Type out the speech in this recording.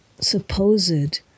supposed